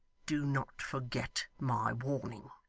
do not forget my warning